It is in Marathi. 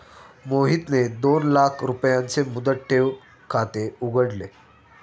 मोहितने दोन लाख रुपयांचे मुदत ठेव खाते उघडले